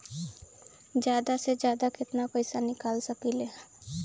जादा से जादा कितना पैसा निकाल सकईले?